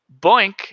Boink